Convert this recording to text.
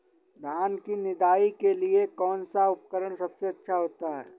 धान की निदाई के लिए कौन सा उपकरण सबसे अच्छा होता है?